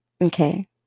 okay